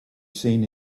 seen